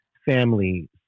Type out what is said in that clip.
family